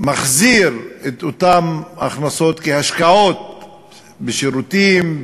מחזיר את אותן הכנסות כהשקעות בשירותים,